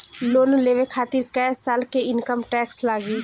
Loan लेवे खातिर कै साल के इनकम टैक्स लागी?